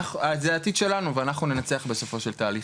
זה העתיד שלנו ואנחנו ננצח בסופו של תהליך,